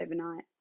overnight